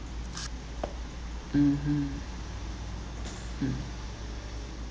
mmhmm mm